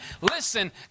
Listen